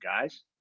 guys